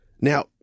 Now